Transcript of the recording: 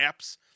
apps